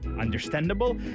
understandable